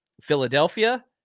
Philadelphia